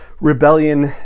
rebellion